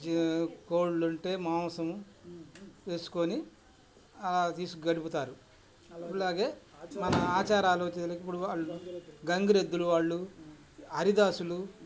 G కోళ్ళుంటే మాంసం చేసుకోని అలా తీసు గడుపుతారు అలాగే మన ఆచారాలు వచ్చేసరికి ఇప్పుడు వాళ్ళు గంగిరెద్దులు వాళ్ళు హరిదాసులు